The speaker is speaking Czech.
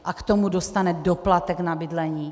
A k tomu dostane doplatek na bydlení.